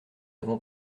avons